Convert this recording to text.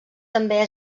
també